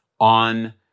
on